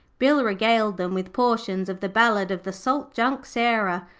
bill regaled them with portions of the ballad of the salt junk sarah,